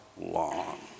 long